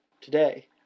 today